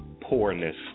poorness